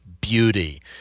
beauty